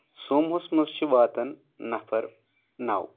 سوموہس منٛز چھِ واتان نفر نو